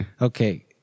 Okay